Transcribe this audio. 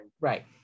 Right